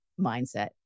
mindset